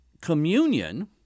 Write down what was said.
communion